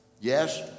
Yes